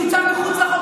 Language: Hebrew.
שהוצא מחוץ לחוק,